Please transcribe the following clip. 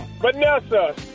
Vanessa